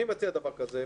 אני מציע דבר כזה,